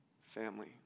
family